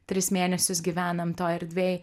tris mėnesius gyvenam toj erdvėj